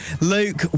Luke